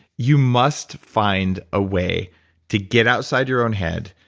you must find a way to get outside your own head,